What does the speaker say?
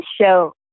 show